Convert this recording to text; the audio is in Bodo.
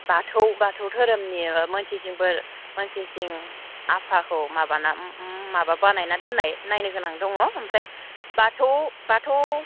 बाथौ धोरोमनि मोनसिंसिं बोराय मोनसिंसिं आफाखौ माबाना बानायना दोननाय नायनो गोनां दङ ओमफ्राय बाथौ